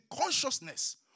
consciousness